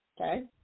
okay